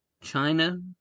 China